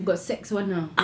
got sex [one] ah